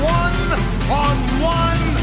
one-on-one